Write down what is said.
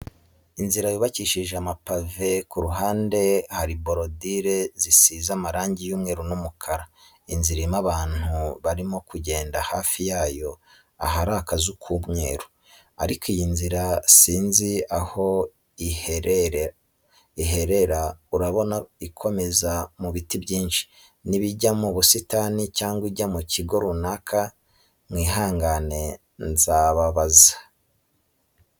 Inzira yubakishije amapave, ku ruhande hari borodire zisize amarangi y'umweru n'umukara. Inzira irimo abantu barimo kugenda hafi yaho ahari akazu k'umweru. Ariko iyi nzira sinzi aho iherera urabona ikomeza mu biti byinshi, niba ijya mu busitani cyangwa ijya mu kigo runaka mwihangane nzababaza.